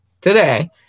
today